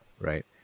right